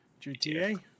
GTA